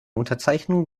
unterzeichnung